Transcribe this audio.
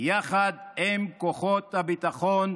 יחד עם כוחות הביטחון,